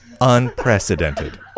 unprecedented